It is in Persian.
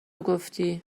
گفتی